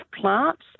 plants